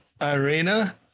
Irina